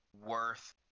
worth